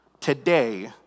today